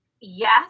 Yes